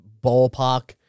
ballpark